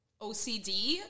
ocd